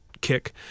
kick